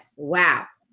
wow,